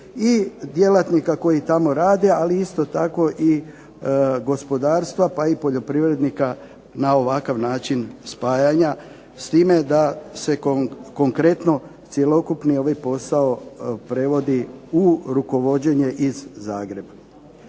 i djelatnika koji tamo rade, ali isto tako i gospodarstva pa i poljoprivrednika na ovakav način spajanja, s time da se konkretno cjelokupni ovaj posao prevodi u rukovođenje iz Zagreba.